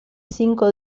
cinco